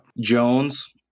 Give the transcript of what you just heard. Jones